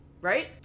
right